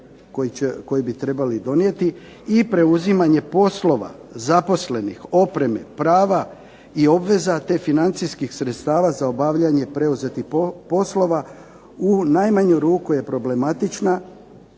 koji bi trebali donijeti i preuzimanje poslova, zaposlenih, opreme, prava i obveza, te financijskih sredstava za obavljanje preuzetih poslova u najmanju ruku je problematična.